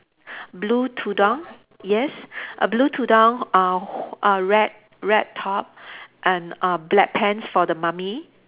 blue tudung yes a blue tudung uh h~ uh red red top and err black pants for the mummy